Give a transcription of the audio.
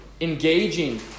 engaging